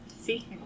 See